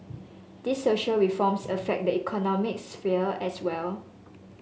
these social reforms affect the economic sphere as well